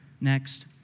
next